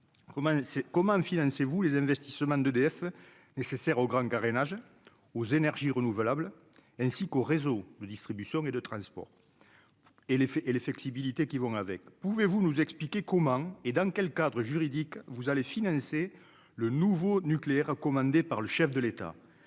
comment financer, vous les investissements d'EDF nécessaires au grand carénage aux énergies renouvelables, ainsi qu'aux réseaux de distribution et de transport et les faits et les flexibilités qui vont avec : pouvez-vous nous expliquer comment et dans quel cadre juridique, vous allez financer le nouveau nucléaire commandé par le chef de l'État,